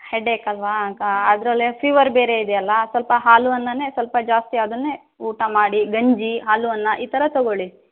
headache ಅಲ್ವಾ ಅದರಲ್ಲೆ fever ಬೇರೆ ಇದೆಯಲ್ಲ ಸ್ವಲ್ಪ ಹಾಲು ಅನ್ನನೇ ಸ್ವಲ್ಪ ಜಾಸ್ತಿ ಅದನ್ನೇ ಊಟ ಮಾಡಿ ಗಂಜಿ ಹಾಲು ಅನ್ನ ಈ ಥರ ತೊಗೊಳ್ಳಿ